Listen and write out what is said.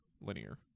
Linear